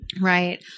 Right